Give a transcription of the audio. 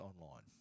online